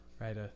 Right